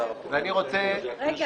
אני רוצה, ברשותכם,